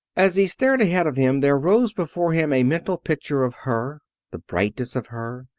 as he stared ahead of him there rose before him a mental picture of her the brightness of her,